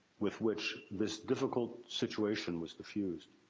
with which this difficult situation was diffused.